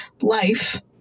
life